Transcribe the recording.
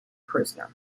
prisoner